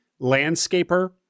landscaper